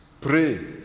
pray